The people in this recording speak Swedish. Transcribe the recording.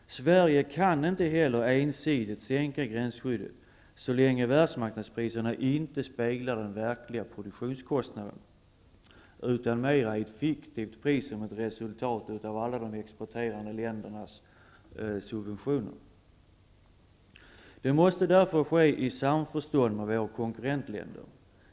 Sverige kan inte heller ensidigt sänka gränsskyddet så länge världsmarknadspriserna inte speglar den verkliga produktionskostnaden utan mer ett fiktivt pris som ett resultat av alla de exporterande ländernas subventioner. Detta måste därför ske i samförstånd med våra konkurrentländer.